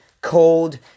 cold